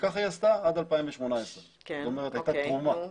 וככה היא עשתה עד 2018, זאת אומרת הייתה תרומה.